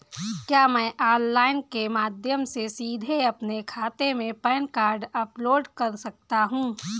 क्या मैं ऑनलाइन के माध्यम से सीधे अपने खाते में पैन कार्ड अपलोड कर सकता हूँ?